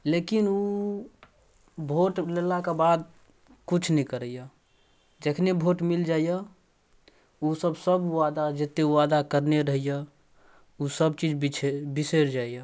लेकिन वोट लेलाक बाद किछु नहि करैये जखने वोट मिल जाइए ओसब सब वादा जते वादा करने रहैये उसब चीज बिसरि बिसरि जाइए